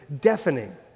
deafening